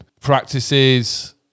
practices